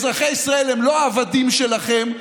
אזרחי ישראל הם לא עבדים שלכם.